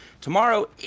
Tomorrow